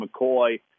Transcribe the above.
McCoy